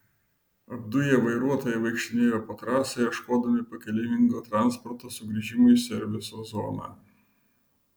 apduję vairuotojai vaikštinėjo po trasą ieškodami pakeleivingo transporto sugrįžimui į serviso zoną